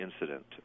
incident